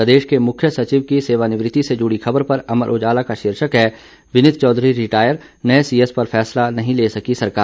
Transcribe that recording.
प्रदेश के मुख्य सचिव की सेवानिवृति से जुड़ी खबर पर अमर उजाला का शीर्षक है विनीत चौधरी रिटायर नए सीएस पर फैसला नहीं ले सकी सरकार